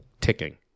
ticking